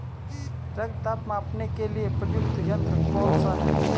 रक्त दाब मापने के लिए प्रयुक्त यंत्र कौन सा है?